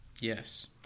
Yes